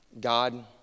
God